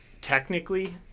technically